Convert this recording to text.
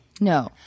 No